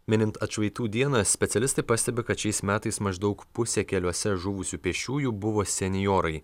minint atšvaitų dieną specialistai pastebi kad šiais metais maždaug pusė keliuose žuvusių pėsčiųjų buvo senjorai